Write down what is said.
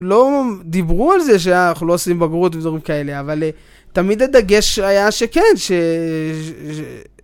לא, דיברו על זה שאנחנו לא עושים בגרות ודברים כאלה, אבל תמיד הדגש היה שכן, ש...